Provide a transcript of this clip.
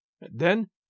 Then